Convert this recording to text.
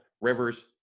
Rivers